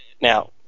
Now